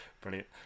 Brilliant